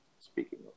Speaking